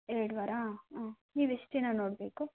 ಎರಡು ವಾರ ಹಾಂ ಹಾಂ ನೀವು ಎಷ್ಟು ದಿನ ನೋಡಬೇಕು